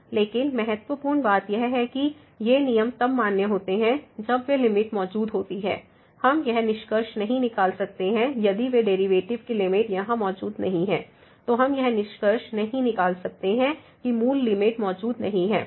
लेकिन महत्वपूर्ण बात यह है कि ये नियम तब मान्य होते हैं जब वे लिमिट मौजूद होती हैं हम यह निष्कर्ष नहीं निकाल सकते हैं यदि वे डेरिवेटिव की लिमिट यहाँ मौजूद नहीं हैं तो हम यह निष्कर्ष नहीं निकाल सकते हैं कि मूल लिमिट मौजूद नहीं है